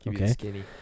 Okay